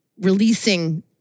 releasing